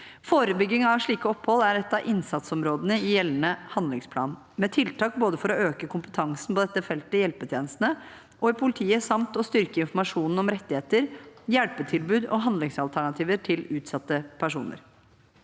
Forebygging av slike opphold er et av innsatsområdene i gjeldende handlingsplan, med tiltak både for å øke kompetansen på dette feltet i hjelpetjenestene og i politiet samt for å styrke informasjonen om rettigheter, hjelpetilbud og handlingsalternativer til utsatte personer.